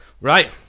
Right